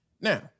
Now